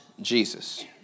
Jesus